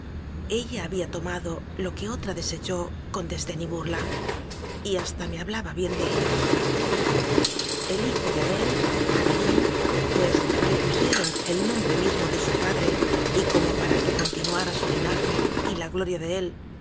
ella había tomado lo que otra desechó con desdén y burla y hasta me hablaba bien de ellos el hijo de abel abelín pues le pusieron el nombre mismo de su padre y como para que continuara su linaje y la gloria de élr